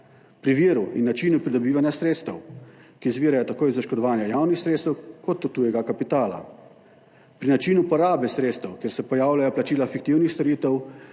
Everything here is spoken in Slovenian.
pri viru in načinu pridobivanja sredstev, ki izvirajo tako iz oškodovanja javnih sredstev kot tujega kapitala, pri načinu porabe sredstev, kjer se pojavljajo plačila fiktivnih storitev,